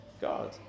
God